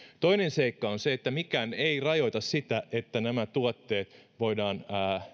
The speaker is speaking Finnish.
toinen seikka on se että mikään ei rajoita sitä että nämä tuotteet voidaan